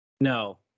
No